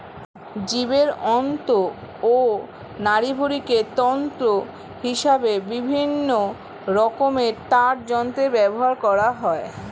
জীবের অন্ত্র ও নাড়িভুঁড়িকে তন্তু হিসেবে বিভিন্ন রকমের তারযন্ত্রে ব্যবহার করা হয়